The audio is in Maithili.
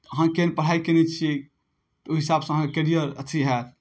अहाँ केहन पढ़ाइ कयने छियै ओहि हिसाबसँ अहाँके कैरियर अथि हैत